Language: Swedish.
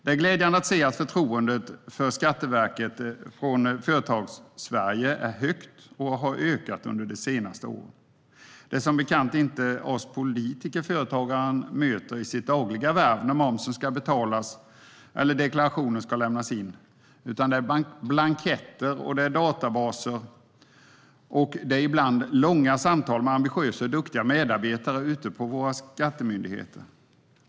Det är glädjande att se att förtroendet för Skatteverket från Företagarsverige är högt och har ökat under de senaste åren. Det är som bekant inte oss politiker företagaren möter i sitt dagliga värv när momsen ska betalas och deklarationen ska lämnas in. Det är blanketter och databaser och ibland långa samtal med ambitiösa och duktiga medarbetare på våra skattemyndigheter.